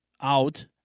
out